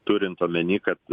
turint omeny kad